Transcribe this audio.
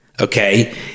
Okay